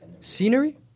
scenery